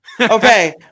okay